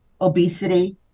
obesity